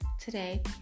today